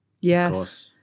yes